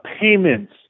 payments